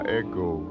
echo